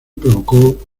provocó